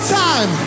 time